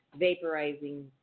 vaporizing